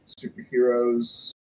superheroes